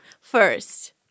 first